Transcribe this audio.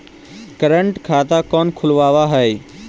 current खाता कौन खुलवावा हई